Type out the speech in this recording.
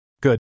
Good